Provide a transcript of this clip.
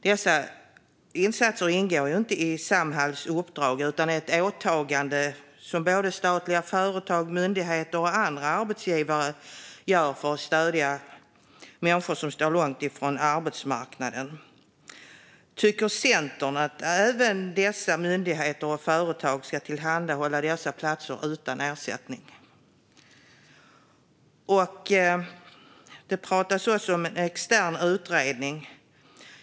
Dessa insatser ingår ju inte i Samhalls uppdrag utan är ett åtagande som både statliga företag, myndigheter och andra arbetsgivare gör för att stödja människor som står långt ifrån arbetsmarknaden. Tycker Centern att även dessa myndigheter och företag ska tillhandahålla dessa platser utan ersättning? Det pratas också om en extern utredning.